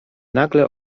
nagle